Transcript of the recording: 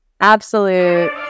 Absolute